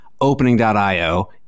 Opening.io